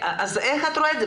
איך את רואה את זה,